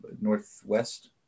northwest